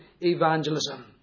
evangelism